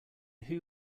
who